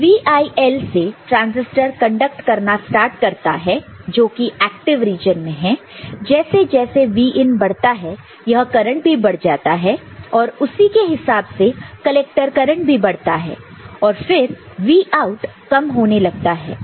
तो VIL से transistor conduct करना स्टार्ट करता है जोकि एक्टिव रीजन में है जैसे जैसे Vin बढ़ता है यह करंट भी बढ़ जाता है और उसी के हिसाब से कलेक्टर करंट भी बढ़ता है और फिर Vout कम होने लगता है